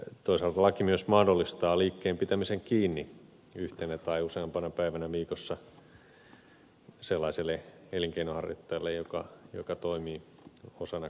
toisaalta laki myös mahdollistaa liikkeen pitämisen kiinni yhtenä tai useampana päivänä viikossa sellaiselle elinkeinonharjoittajalle joka toimii osana kauppakeskusta